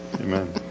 Amen